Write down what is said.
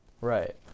right